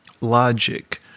logic